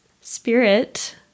spirit